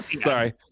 Sorry